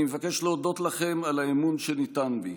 אני מבקש להודות לכם על האמון שניתן בי.